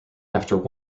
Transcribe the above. after